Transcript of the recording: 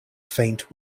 faint